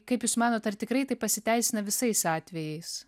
kaip jūs manot ar tikrai tai pasiteisina visais atvejais